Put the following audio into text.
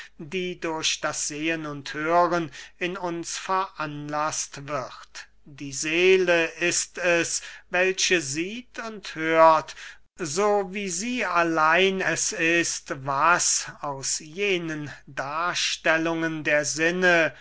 die durch das sehen und hören in uns veranlaßt wird die seele ist es welche sieht und hört so wie sie allein es ist was aus jenen darstellungen der sinne